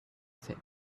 set